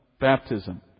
baptism